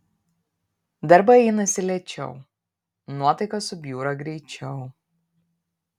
darbai einasi lėčiau nuotaika subjūra greičiau